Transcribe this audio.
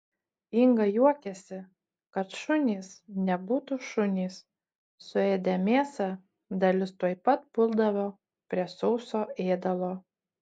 inga juokiasi kad šunys nebūtų šunys suėdę mėsą dalis tuoj pat puldavo prie sauso ėdalo